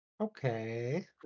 Okay